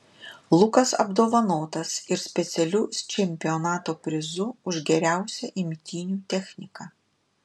lukas apdovanotas ir specialiu čempionato prizu už geriausią imtynių techniką